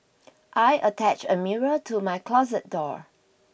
I attached a mirror to my closet door